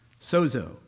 Sozo